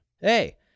Hey